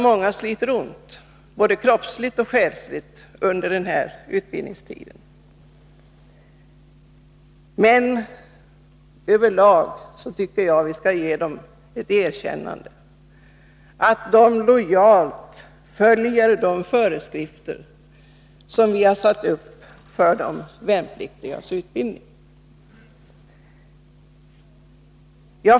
Många sliter ont både kroppsligt och själsligt. Men vi skall överlag ge dem erkännandet att de lojalt följer de föreskrifter vi satt upp för de värnpliktigas utbildning.